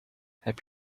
heb